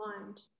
mind